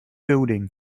building